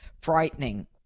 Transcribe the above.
frightening